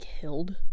killed